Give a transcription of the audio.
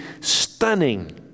stunning